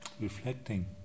reflecting